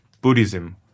Buddhism